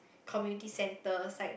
community centres like